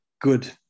good